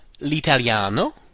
l'italiano